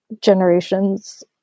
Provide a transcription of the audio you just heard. generations